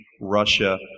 Russia